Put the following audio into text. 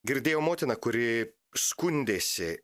girdėjau motiną kuri skundėsi